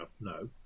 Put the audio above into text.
no